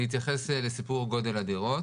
אני אתייחס לסיפור גודל הדירות.